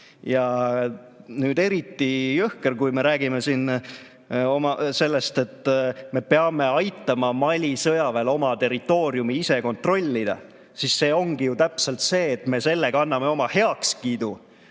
Ja nüüd on eriti jõhker, kui me räägime siin sellest, et me peame aitama Mali sõjaväel oma territooriumi ise kontrollida. See ongi täpselt see, et me sellega anname oma heakskiidu